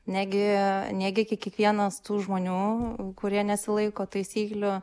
negi negi kiekvienas tų žmonių kurie nesilaiko taisyklių